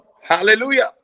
Hallelujah